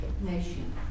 nation